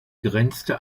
grenzte